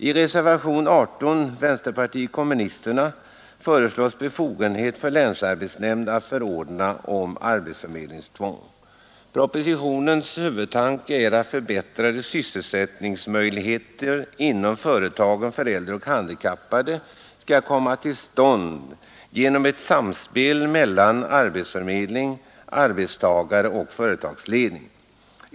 I reservationen 18 från vänsterpartiet kommunisterna föreslås befogenhet för länsarbetsnämnd att förordna om arbetsförmedlingstvång. Propositionens huvudtanke är att förbättrade sysselsättningsmöjligheter inom företagen för äldre och handikappade skall komma till stånd genom ett samspel mellan arbetsförmedling, arbetstagare och företagsledning.